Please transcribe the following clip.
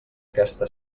aquesta